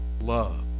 Love